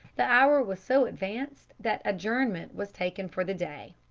the hour was so advanced that adjournment was taken for the day.